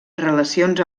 relacions